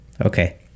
Okay